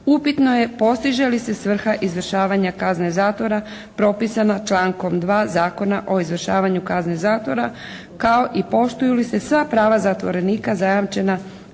upitno je postiže li se svrha izdržavanja kazne zatvora propisana člankom 2. Zakona o izvršavanju kazne zatvora kao i poštuju li se sva prava zatvorenika zajamčena